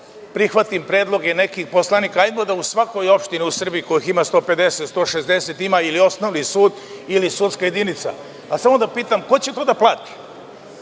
prihvatim predlog i nekih poslanika – hajmo da svaka opština u Srbiji, kojih ima 150-160, ima ili osnovni sud ili sudsku jedinicu. Ali, samo da pitam – ko će to da plati?